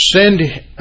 ...send